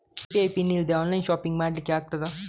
UPI PIN ಇಲ್ದೆ online shopping ಮಾಡ್ಲಿಕ್ಕೆ ಆಗ್ತದಾ?